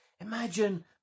Imagine